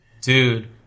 Dude